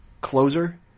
closer